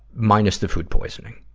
minus the food poisoning.